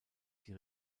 die